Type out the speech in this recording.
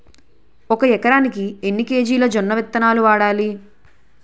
ఒక ఎకరానికి ఎన్ని కేజీలు జొన్నవిత్తనాలు వాడాలి?